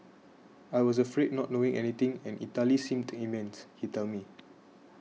I was afraid not knowing anything and Italy seemed immense he tells me